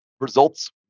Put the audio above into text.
results